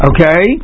Okay